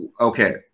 okay